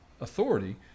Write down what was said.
authority